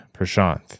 Prashanth